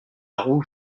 rouge